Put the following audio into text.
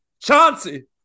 Chauncey